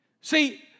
See